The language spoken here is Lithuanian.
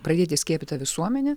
pradėti skiepyti visuomenė